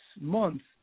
months